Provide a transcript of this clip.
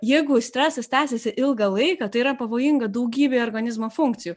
jeigu stresas tęsiasi ilgą laiką tai yra pavojinga daugybei organizmo funkcijų